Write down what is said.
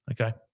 okay